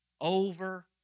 over